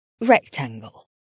rectangle